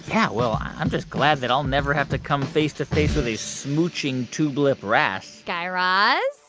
yeah. well, i'm just glad that i'll never have to come face to face with a smooching tubelip wrasse guy raz.